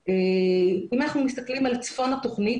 אם אנחנו מסתכלים על צפון התכנית,